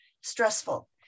stressful